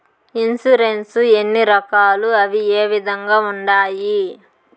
insurance ఎన్ని రకాలు అవి ఏ విధంగా ఉండాయి